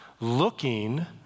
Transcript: looking